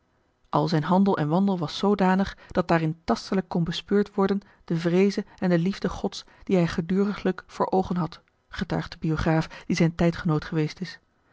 al zijn handel en wandel was zoodanig dat daarin tastelijk kon bespeurd worden de vreeze en de liefde gods die hij geduriglijk voor oogen had getuigt de biograaf die zijn tijdgenoot geweest is